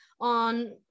on